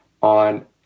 on